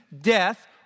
death